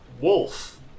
wolf